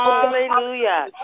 Hallelujah